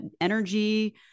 energy